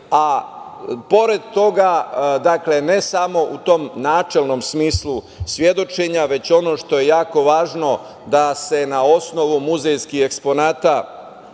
a pored toga, ne samo u tom načelnom smislu svedočenja, već ono što je jako važno da se na osnovu muzejski eksponata